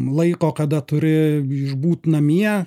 laiko kada turi išbūt namie